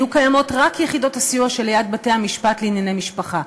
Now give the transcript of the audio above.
היו קיימות רק יחידות הסיוע שליד בתי-המשפט לענייני משפחה.